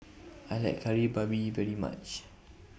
I like Kari Babi very much